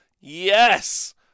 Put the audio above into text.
Yes